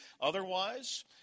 otherwise